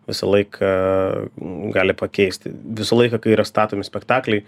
visą laiką gali pakeisti visą laiką kai yra statomi spektakliai